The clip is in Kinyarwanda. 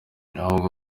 ahubwo